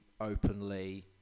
openly